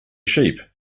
sheep